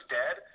dead